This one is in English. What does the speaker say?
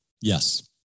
Yes